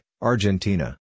Argentina